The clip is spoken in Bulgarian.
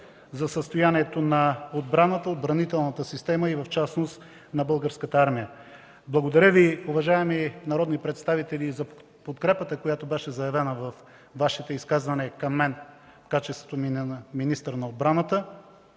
за състоянието на отбраната, отбранителната система и в частност на Българската армия. Благодаря Ви, уважаеми народни представители, за подкрепата, която беше заявена във Вашите изказвания към мен в качеството ми на министър на отбраната.